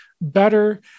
better